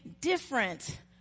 different